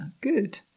good